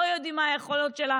לא יודעים מה היכולות שלה